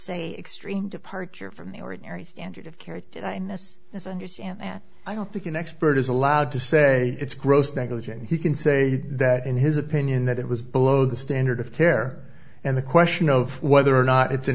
say extreme departure from the ordinary standard of care in this misunderstand that i don't think an expert is allowed to say it's gross negligence he can say that in his opinion that it was below the standard of care and the question of whether or not it's an